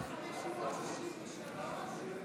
הסתייגויות 547 עד 563,